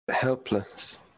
helpless